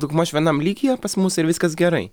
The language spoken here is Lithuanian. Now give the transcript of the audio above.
daugmaž vienam lygyje pas mus ir viskas gerai